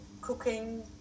cooking